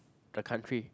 the country